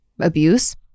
abuse